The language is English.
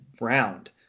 round